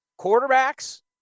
quarterbacks